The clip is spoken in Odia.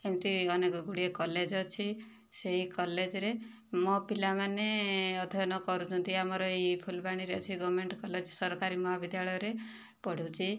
ଏମତି ଅନେକ ଗୁଡ଼ିଏ କଲେଜ୍ ଅଛି ସେଇ କଲେଜ୍ରେ ମୋ ପିଲାମାନେ ଅଧ୍ୟୟନ କରୁଛନ୍ତି ଆମର ଏଇ ଫୁଲବାଣୀରେ ଅଛି ଗଭର୍ଣ୍ଣମେଣ୍ଟ୍ କଲେଜ୍ ସରକାରୀ ମହାବିଦ୍ୟାଳୟରେ ପଢ଼ୁଛି